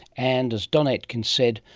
and, as don aitkin said,